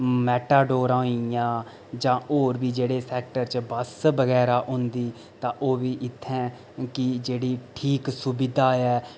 मैटाडोरां होइयां जां होर बी जेह्ड़े सैक्टर च बस बगैरा होंदी तां ओह् बी इत्थैं कि जेह्ड़ी ठीक सुविधा ऐ